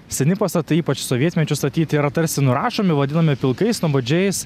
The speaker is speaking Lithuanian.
seni pastatai ypač sovietmečiu statyti yra tarsi nurašomi vadinami pilkais nuobodžiais